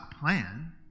plan